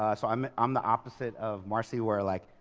ah so i'm um the opposite of marcy where like,